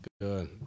good